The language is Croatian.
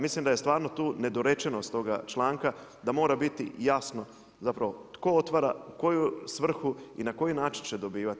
Mislim da je stvarno tu nedorečenost toga članka, da mora biti jasno zapravo tko otvara, u koju svrhu i na koji način će dobivati.